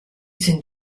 sind